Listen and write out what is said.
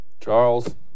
Charles